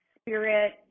spirit